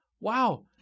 Wow